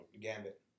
Gambit